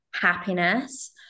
happiness